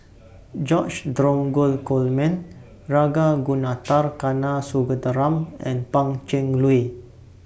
George Dromgold Coleman Ragunathar Kanagasuntheram and Pan Cheng Lui